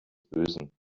bösen